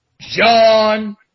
John